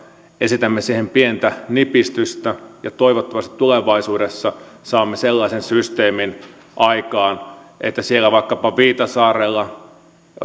esitämme siihen pientä nipistystä toivottavasti tulevaisuudessa saamme sellaisen systeemin aikaan että jos vaikkapa siellä viitasaarella